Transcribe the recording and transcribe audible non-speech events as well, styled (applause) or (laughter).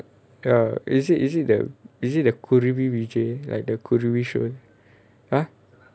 orh is it is it the is it the Kuruvi vijay like the Kuruvi (laughs) !huh!